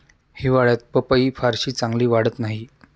हिवाळ्यात पपई फारशी चांगली वाढत नाही